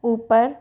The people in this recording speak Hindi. ऊपर